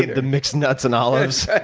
the mixed nuts and olives.